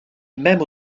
même